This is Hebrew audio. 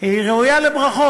ראויה לברכות.